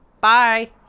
Bye